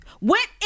went